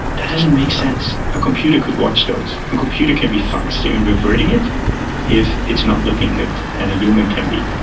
that doesn't make sense. a computer could watch those. a and computer can be fast in reverting it if it's not looking good, and a human can be.